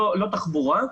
לא בנושא תחבורה.